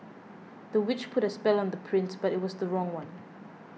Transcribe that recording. the witch put a spell on the prince but it was the wrong one